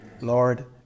Lord